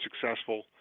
successful